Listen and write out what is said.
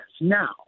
now